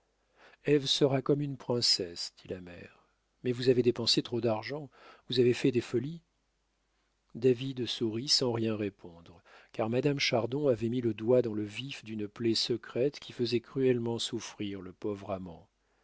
ève sera comme une princesse dit la mère mais vous avez dépensé trop d'argent vous avez fait des folies david sourit sans rien répondre car madame chardon avait mis le doigt dans le vif d'une plaie secrète qui faisait cruellement souffrir le pauvre amant